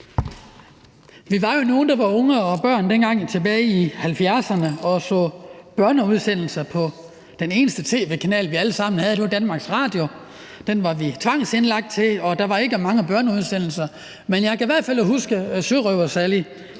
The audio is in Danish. Vi var jo nogle, der var unge og børn dengang tilbage i 1970'erne og så børneudsendelser på den eneste tv-kanal, vi alle sammen havde, og det var Danmarks Radio. Den var vi tvangsindlagt til, og der var ikke mange børneudsendelser. Men jeg kan i hvert fald huske »Sørøver Sally«,